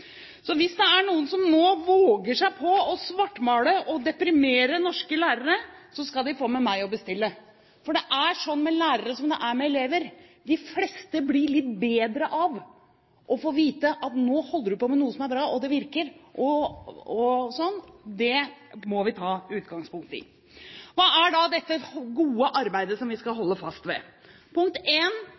Så hvis det er noen som nå våger seg på å svartmale og deprimere norske lærere, skal de få med meg å bestille! For det er sånn med lærere som det er med elever: De fleste blir litt bedre av å få vite at nå holder du på med noe som er bra, og det virker. Det må vi ta utgangspunkt i. Hva er da dette gode arbeidet som vi skal holde fast ved? Punkt